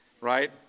Right